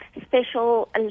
special